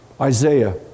Isaiah